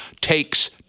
takes